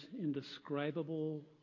indescribable